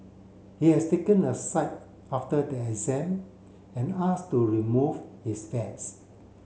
he has taken aside after the exam and asked to remove his vest